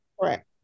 Correct